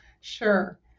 Sure